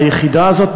היחידה הזאת,